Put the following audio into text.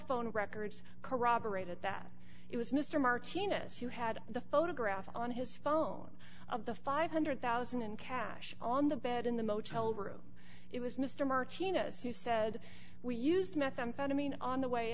phone records corroborated that it was mr martinez who had the photograph on his phone of the five hundred thousand cash on the bed in the motel room it was mr martinez who said we used methamphetamine on the way